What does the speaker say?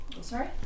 Sorry